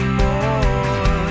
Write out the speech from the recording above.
more